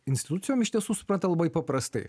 institucijom iš tiesų supranta labai paprastai